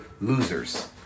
losers